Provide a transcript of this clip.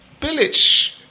Bilic